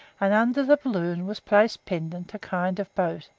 and under the balloon was placed pendant a kind of boat,